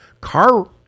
car